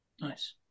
Nice